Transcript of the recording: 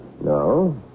No